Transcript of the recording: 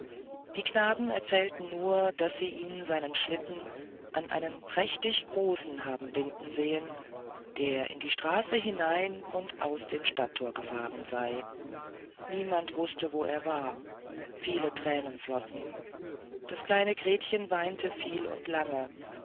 die knaben erzählten nur daß sie ihn seinen schlitten an einen prächtig großen haben binden sehen der in die straße hinein und aus dem stadtthore gefahren sei niemand wußte wo er war viele thränen flossen das kleine gretchen weinte viel und lange